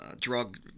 drug